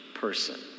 person